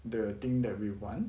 the thing that we want